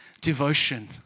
devotion